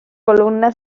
columna